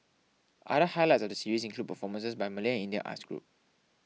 other highlights of the series include performances by Malay and Indian arts groups